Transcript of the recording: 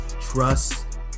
trust